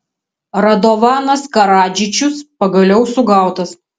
radovanas karadžičius pagaliau sugautas